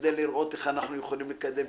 כדי לראות איך אנחנו יכולים לקדם.